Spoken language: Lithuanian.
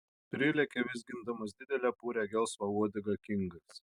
prilekia vizgindamas didelę purią gelsvą uodegą kingas